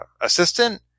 assistant